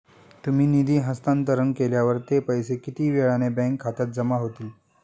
तुम्ही निधी हस्तांतरण केल्यावर ते पैसे किती वेळाने बँक खात्यात जमा होतील?